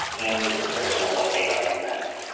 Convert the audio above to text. and the description of what they represent.